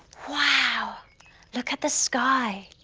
wow look at the sky.